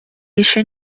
еще